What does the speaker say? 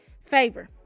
Favor